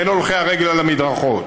בין הולכי הרגל על המדרכות,